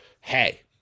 Hey